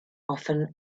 often